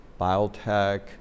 biotech